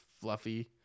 fluffy